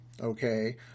Okay